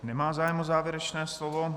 Nemá zájem o závěrečné slovo.